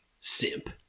Simp